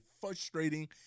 frustrating